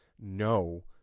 no